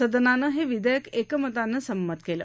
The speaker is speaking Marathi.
सदनानं हे विधेयक एकमतानं संमत केलं